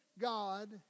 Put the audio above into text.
God